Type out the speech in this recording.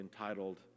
entitled